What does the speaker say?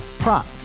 Prop